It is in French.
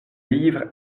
livres